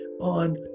on